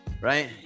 right